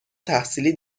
تحصیلی